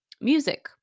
Music